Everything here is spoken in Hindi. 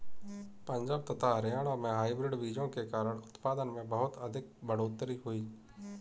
पंजाब तथा हरियाणा में हाइब्रिड बीजों के कारण उत्पादन में बहुत अधिक बढ़ोतरी हुई